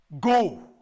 go